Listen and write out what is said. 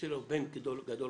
שייצא לו בן גדול בתורה.